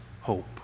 hope